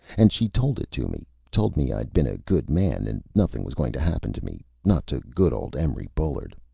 and she told it to me. told me i'd been a good man, and nothing was going to happen to me. not to good old emery bullard.